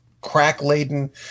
crack-laden